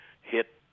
Hit